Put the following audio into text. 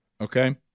okay